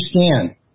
understand